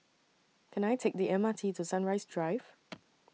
Can I Take The M R T to Sunrise Drive